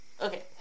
okay